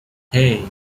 hey